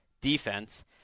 defense